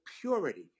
purity